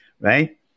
Right